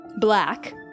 Black